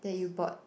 that you bought